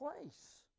place